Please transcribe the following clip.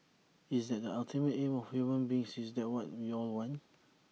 is that the ultimate aim of human beings is that what we all want